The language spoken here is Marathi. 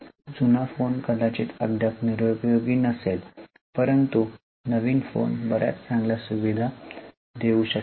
जुना फोन कदाचित अद्याप निरुपयोगी नसेल परंतु नवीन फोन बर्याच चांगल्या सुविधा देऊ शकेल